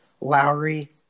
Lowry